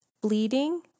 bleeding